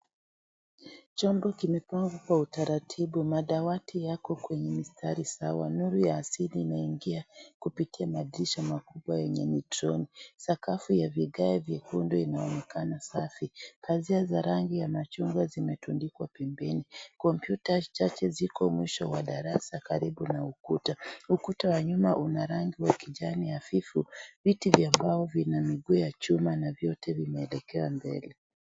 Chumba kimepangwa kwa utaratibu. Madawati yako kwenye mistari sawa. Nuru ya asili inaingia kupitia madirisha makubwa yenye michuma. Sakafu ya vigae vyekundu inaonekana safi. Pazia za rangi ya machungwa zimetundikwa pembeni. Kompyuta chache ziko mwisho wa darasa karibu na ukuta. Ukuta wa nyuma una rangi ya kijani hafifu. Viti vya mbao vina miguu ya chuma na vyote vimeelekea mbele.